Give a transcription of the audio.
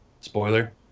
spoiler